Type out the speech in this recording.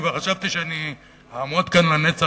אני כבר חשבתי שאני אעמוד כאן לנצח